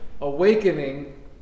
awakening